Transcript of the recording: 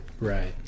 Right